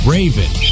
Raven